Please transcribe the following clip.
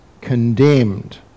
condemned